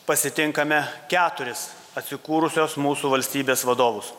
pasitinkame keturis atsikūrusios mūsų valstybės vadovus